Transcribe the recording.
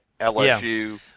LSU